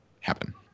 happen